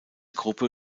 gruppe